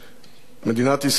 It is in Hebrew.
מדינת ישראל,